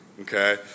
okay